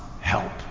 help